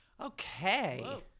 Okay